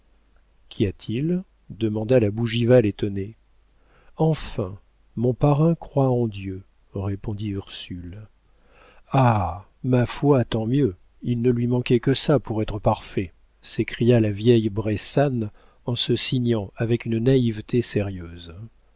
qu'y a-t-il demanda la bougival étonnée enfin mon parrain croit en dieu répondit ursule ah ma foi tant mieux il ne lui manquait que ça pour être parfait s'écria la vieille bressane en se signant avec une naïveté sérieuse